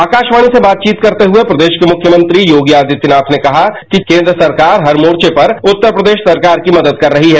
आकाशवाणी से बातचीत करते हुए प्रदेश के मुख्यमंत्री योगी आदित्यनाथ ने कहा कि केन्द्र सरकार हर मोर्चे पर उत्तर प्रदेश सरकार की मदद कर रही है